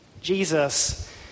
Jesus